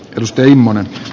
rs pelimannet